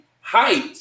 height